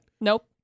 Nope